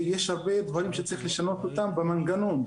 יש הרבה דברים שצריך לשנות אותם במנגנון,